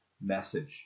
message